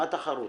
מה תחרות?